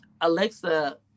Alexa